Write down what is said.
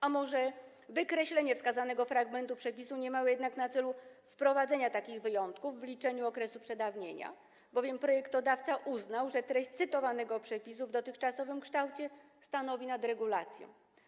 A może wykreślenie wskazanego fragmentu przepisu nie miało jednak na celu wprowadzenia takich wyjątków w liczeniu okresu przedawnienia, bowiem projektodawca uznał, że treść cytowanego przepisu w dotychczasowym kształcie stanowi nadregulację?